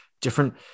different